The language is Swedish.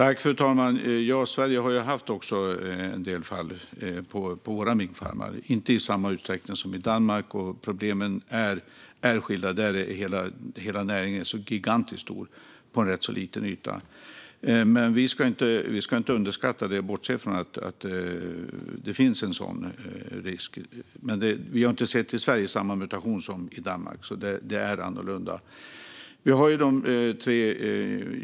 Fru talman! I Sverige har vi också haft en del fall på våra minkfarmer, men inte i samma utsträckning som i Danmark. Problemen är skilda. Där är näringen gigantiskt stor på en rätt så liten yta. Men vi ska inte underskatta att det finns en sådan risk. Men vi har i Sverige inte sett samma mutation som i Danmark. Det är därför annorlunda.